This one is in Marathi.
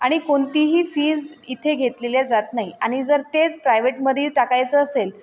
आणि कोणतीही फीज इथे घेतलेल्या जात नाही आणि जर तेच प्रायव्हेटमध्ये टाकायचं असेल